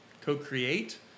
co-create